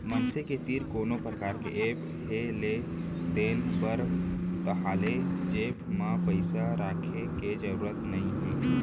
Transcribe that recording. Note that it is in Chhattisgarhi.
मनसे के तीर कोनो परकार के ऐप हे लेन देन बर ताहाँले जेब म पइसा राखे के जरूरत नइ हे